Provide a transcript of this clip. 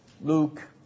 Luke